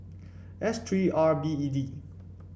S three R B E D